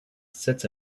sits